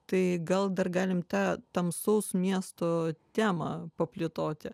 tai gal dar galim tą tamsaus miesto temą paplėtoti